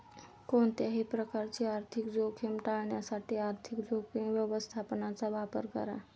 कोणत्याही प्रकारची आर्थिक जोखीम टाळण्यासाठी आर्थिक जोखीम व्यवस्थापनाचा वापर करा